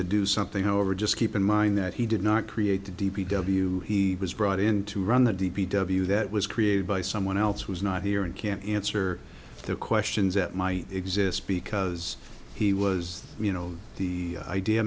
to do something however just keep in mind that he did not create the d p w he was brought in to run the d p w that was created by someone else who's not here and can't answer the questions that might exist because he was you know the idea